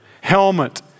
helmet